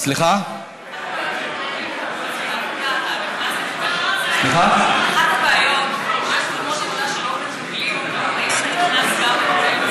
אבל אחת הבעיות שלא מקבלים שם חבר'ה לעבודה,